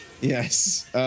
Yes